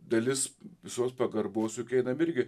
dalis visos pagarbos juk einam irgi